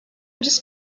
just